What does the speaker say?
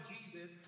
Jesus